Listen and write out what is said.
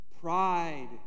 Pride